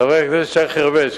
חבר הכנסת שי חרמש,